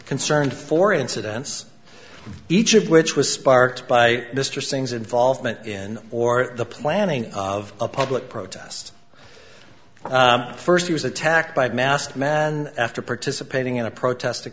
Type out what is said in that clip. concerned four incidents each of which was sparked by mr singh's involvement in or the planning of a public protest first he was attacked by masked men after participating in a protest to